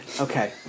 Okay